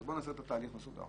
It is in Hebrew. אז בוא נעשה את התהליך מסודר,